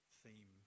theme